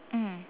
mm